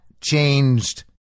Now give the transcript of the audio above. changed